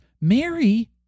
Mary